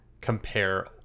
compare